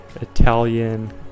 Italian